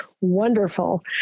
wonderful